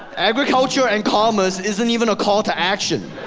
agriculture and commerce isn't even a call to action.